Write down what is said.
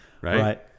right